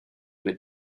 would